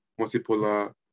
multipolar